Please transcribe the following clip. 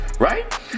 right